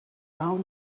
have